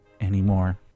anymore